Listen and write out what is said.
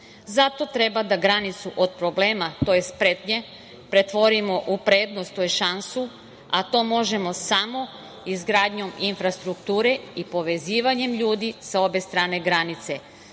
Zato treba da granicu od problema, tj. pretnje, pretvorimo u prednost, tj. šansu, a to možemo samo izgradnjom infrastrukture i povezivanjem ljudi sa obe strane granice,